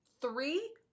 three